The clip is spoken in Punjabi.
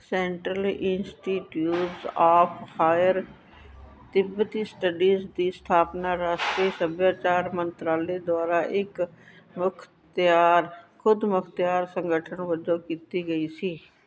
ਸੈਂਟਰਲ ਇੰਸਟੀਚਿਊਟ ਆਫ਼ ਹਾਇਰ ਤਿੱਬਤੀ ਸਟੱਡੀਜ਼ ਦੀ ਸਥਾਪਨਾ ਰਾਸ਼ਟਰੀ ਸੱਭਿਆਚਾਰ ਮੰਤਰਾਲੇ ਦੁਆਰਾ ਇੱਕ ਮੁਖਤਿਆਰ ਖੁਦ ਮੁਖਤਿਆਰ ਸੰਗਠਨ ਵਜੋਂ ਕੀਤੀ ਗਈ ਸੀ